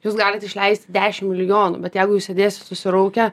jūs galit išleisti dešimt milijonų bet jeigu jūs sėdėsit susiraukę